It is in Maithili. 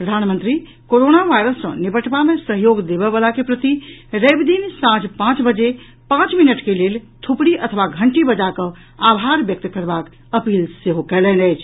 प्रधानमंत्री कोरोना वायरस सँ निबटबा मे सहयोग देबयवला के प्रति रवि दिन सांझ पांच बजे पांच मिनट के लेल थुपड़ी अथवा घंटी बजा कऽ आभार व्यक्त करबाक अपील सेहो कयलनि अछि